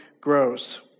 grows